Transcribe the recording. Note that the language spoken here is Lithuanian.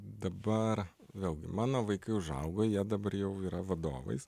dabar vėlgi mano vaikai užaugo jie dabar jau yra vadovais